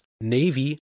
Navy